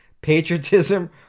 patriotism